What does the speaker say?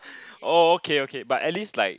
oh okay okay but at least like